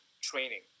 training